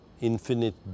infinite